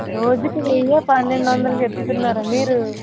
రోజుకి వెయ్యా పన్నెండు వందలు చెప్తున్నారా మీరు